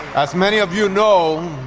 as many of you know,